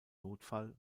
notfall